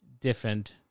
different